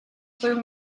féu